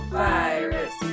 virus